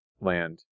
land